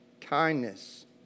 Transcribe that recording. kindness